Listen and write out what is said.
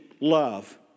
love